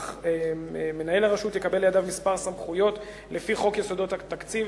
אך מנהל הרשות יקבל לידיו כמה סמכויות לפי חוק יסודות התקציב,